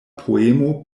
poemo